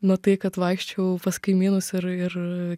nu tai kad vaikščiojau pas kaimynus ir ir